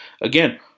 again